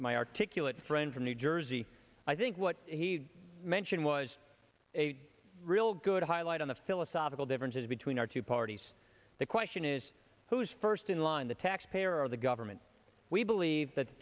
my articulate friend from new jersey i think what he mentioned was a real good highlight on the philosophical differences between our two parties the question is who is first in line the tax payer or the government we believe that t